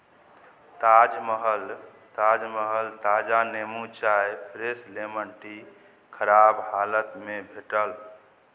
ताज महल ताज महल ताजा नेमू चाय फ्रेश लेमन टी खराब हालतमे भेटल